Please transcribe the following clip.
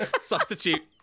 substitute